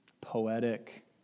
poetic